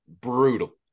brutal